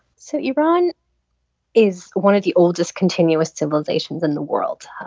so iran is one of the oldest continuous civilizations in the world.